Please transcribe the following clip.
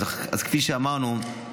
כפי שאמרנו,